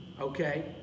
okay